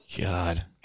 God